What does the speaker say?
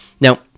Now